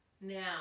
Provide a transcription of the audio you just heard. now